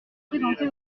présenté